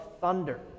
Thunder